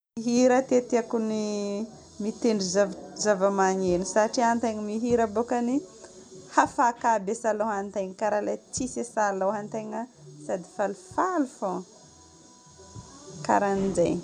Hira ty tiako noho ny mitendry zavamaneno satria antegna mihira bokany hafaka aby asalohan-tegna, karaha ilay tsisy asaloha antegna sady falifaly fôgna. Karan'izegny.